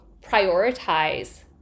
prioritize